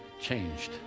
changed